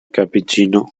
cappuccino